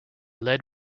led